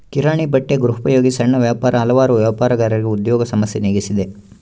ಕಿರಾಣಿ ಬಟ್ಟೆ ಗೃಹೋಪಯೋಗಿ ಸಣ್ಣ ವ್ಯಾಪಾರ ಹಲವಾರು ವ್ಯಾಪಾರಗಾರರಿಗೆ ಉದ್ಯೋಗ ಸಮಸ್ಯೆ ನೀಗಿಸಿದೆ